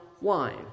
wine